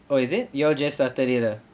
oh is it you're just started it lah